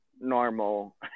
normal